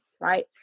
right